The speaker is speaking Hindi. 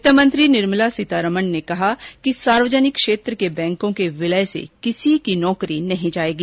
वित्त मंत्री निर्मला सीतारमन ने कहा है कि सार्वजनिक क्षेत्र के बैंकों के विलय से किसी की नौकरी नहीं जाएगी